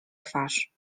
twarz